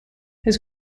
his